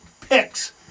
picks